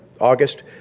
August